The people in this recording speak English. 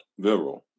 viral